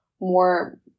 more